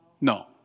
No